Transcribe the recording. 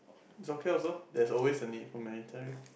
is okay also there's always a need for military